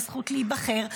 בזכות להיבחר,